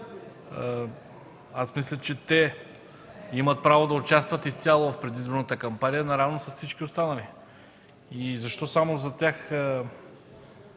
Мисля, че те имат право да участват изцяло в предизборната кампания наравно с всички останали?! Защо само за тях